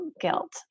guilt